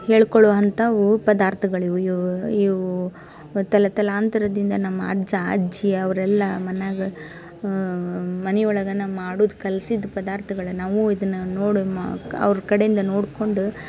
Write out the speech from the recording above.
ಹೇಳ್ಕೊಳ್ಳುವಂಥಾವು ಪದಾರ್ಥಗಳು ಇವು ಇವು ಇವೂ ತಲ ತಲಾಂತರದಿಂದ ನಮ್ಮ ಅಜ್ಜ ಅಜ್ಜಿ ಅವರೆಲ್ಲ ಮನೆಯಾಗ ಮನೆ ಒಳಗೇ ಮಾಡೋದ್ ಕಲ್ಸಿದ್ದು ಪದಾರ್ಥಗಳನ್ನ ನಾವು ಇದನ್ನು ನೋಡಿ ಮ ಅವ್ರ ಕಡೆಯಿಂದ ನೋಡಿಕೊಂಡು